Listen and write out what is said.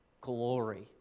glory